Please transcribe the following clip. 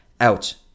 out